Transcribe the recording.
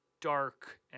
dark